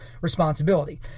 responsibility